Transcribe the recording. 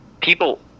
people